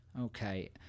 okay